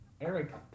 Eric